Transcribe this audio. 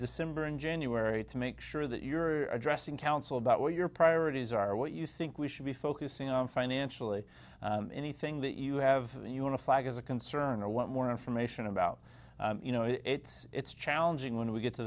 december and january to make sure that you're addressing council about what your priorities are what you think we should be focusing on financially anything that you have that you want to flag as a concern or want more information about you know it's challenging when we get to